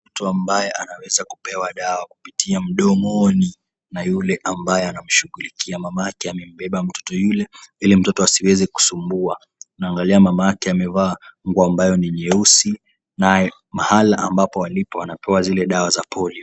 Mtu ambaye anaweza kupewa dawa mdomoni na yule ambaye anamshughulikia. Mamake amembeba mtoto yule, ili mtoto asiweze kusumbua. Anaangalia mamake amevaa nguo ambayo ni nyeusi, naye mahali ambapo alipo anapewa zile dawa za polio.